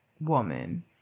woman